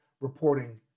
reporting